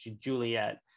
Juliet